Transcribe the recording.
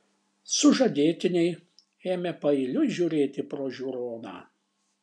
sužadėtiniai ėmė paeiliui žiūrėti pro žiūroną